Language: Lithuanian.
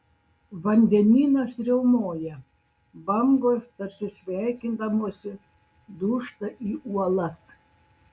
vandenynas riaumoja bangos tarsi sveikindamosi dūžta į uolas